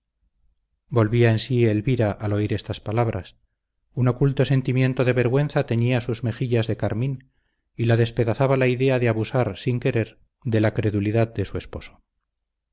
en sí elvira al oír esas palabras un oculto sentimiento de vergüenza teñía sus mejillas de carmín y la despedazaba la idea de abusar sin querer de la credulidad de su esposo